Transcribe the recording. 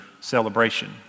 celebration